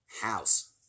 house